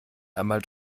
einmal